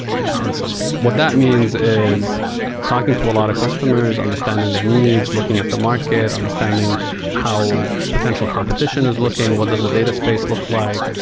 and in summary. what that means is talking to a lot of customers. understanding their needs, looking at the market, understanding how potential competition is looking. what does the data space look like?